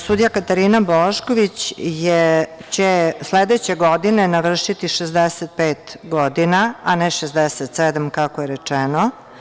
Sudija Katarina Bošković će sledeće godine navršiti 65 godina, a ne 67 kako je rečeno.